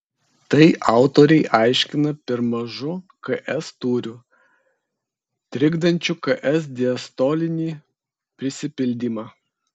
tai autoriai aiškina per mažu ks tūriu trikdančiu ks diastolinį prisipildymą